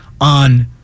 on